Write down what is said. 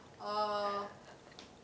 err